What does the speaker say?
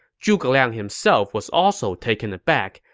zhuge liang himself was also taken aback,